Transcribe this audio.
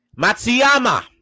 Matsuyama